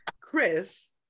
Chris